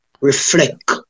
reflect